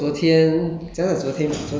我很